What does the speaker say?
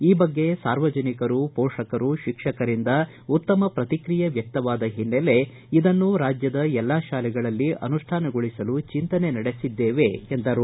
ಈ ಬಗ್ಗೆ ಸಾರ್ವಜನಿಕರು ಪೋಷಕರು ಶಿಕ್ಷಕರಿಂದ ಉತ್ತಮ ಪ್ರತಿಕ್ರಿಯೆ ವ್ಯಕ್ಷವಾದ ಹಿನ್ನಲೆ ಇದನ್ನು ರಾಜ್ಯದ ಎಲ್ಲಾ ಶಾಲೆಗಳಲ್ಲಿ ಅನುಷ್ಠಾನಗೊಳಿಸಲು ಚಿಂತನೆ ನಡೆಸಿದ್ದೇವೆ ಎಂದರು